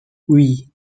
oui